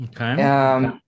Okay